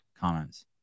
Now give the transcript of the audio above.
comments